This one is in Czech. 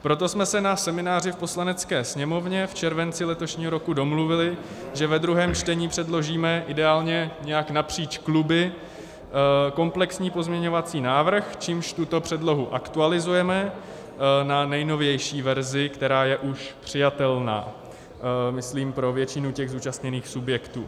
Proto jsme se na semináři v Poslanecké sněmovně v červenci letošního roku domluvili, že ve druhém čtení předložíme ideálně nějak napříč kluby komplexní pozměňovací návrh, čímž tuto předlohu aktualizujeme na nejnovější verzi, která je už přijatelná, myslím, pro většinu těch zúčastněných subjektů.